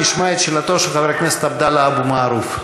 נשמע את שאלתו של חבר הכנסת עבדאללה אבו מערוף.